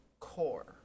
core